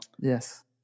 Yes